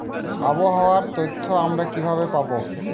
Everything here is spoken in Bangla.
আবহাওয়ার তথ্য আমরা কিভাবে পাব?